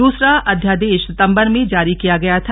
दूसरा अध्यादेश सितंबर में जारी किया गया था